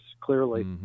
clearly